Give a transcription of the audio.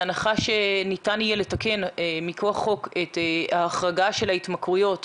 בהנחה שניתן יהיה לתקן מכוח חוק את ההחרגה של ההתמכרויות